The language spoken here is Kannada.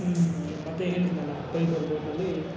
ಮತ್ತು ಹೇಳಿದೆನಲ್ಲ ಪೈಬರ್ ಬೋಟಲ್ಲಿ